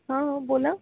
हां हां बोला